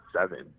seven